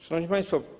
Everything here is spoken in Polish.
Szanowni Państwo!